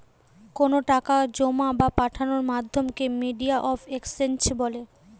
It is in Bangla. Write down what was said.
কোনো টাকা জোমা বা পাঠানোর মাধ্যমকে মিডিয়াম অফ এক্সচেঞ্জ বলে